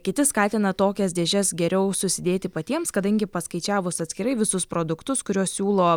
kiti skatina tokias dėžes geriau susidėti patiems kadangi paskaičiavus atskirai visus produktus kuriuos siūlo